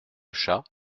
chat